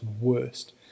worst